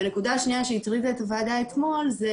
והנקודה השנייה שהטרידה את הוועדה אתמול זה